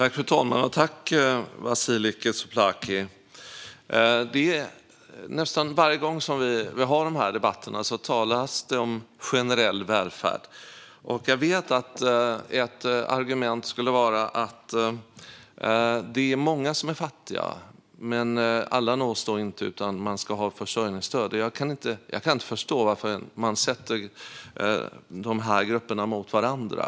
Fru talman! Jag tackar Vasiliki Tsouplaki för detta. Nästan varje gång som vi har dessa debatter talas det om generell välfärd. Ett argument skulle vara att det är många som är fattiga men att alla inte nås när det bara är barn i familjer med försörjningsstöd som kan få fritidspeng. Jag kan inte förstå varför man sätter dessa grupper mot varandra.